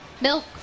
Milk